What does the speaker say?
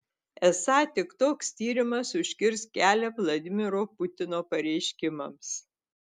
esą tik toks tyrimas užkirs kelią vladimiro putino pareiškimams